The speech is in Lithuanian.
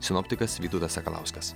sinoptikas vytautas sakalauskas